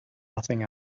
nothing